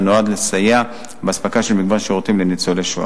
ונועד לסייע באספקה של מגוון שירותים לניצולי השואה.